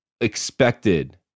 expected